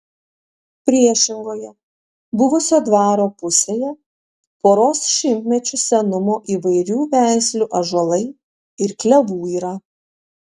priešingoje buvusio dvaro pusėje poros šimtmečių senumo įvairių veislių ąžuolai ir klevų yra